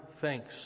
thanks